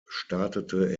startete